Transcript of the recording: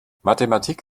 mathematik